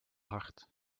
hard